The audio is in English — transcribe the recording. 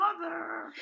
mother